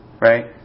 Right